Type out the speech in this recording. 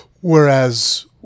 Whereas